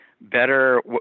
better